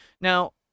Now